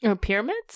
Pyramids